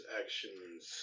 actions